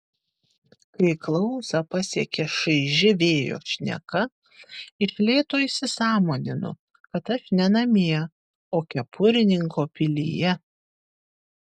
kai klausą pasiekia šaiži vėjo šneka iš lėto įsisąmoninu kad aš ne namie o kepurininko pilyje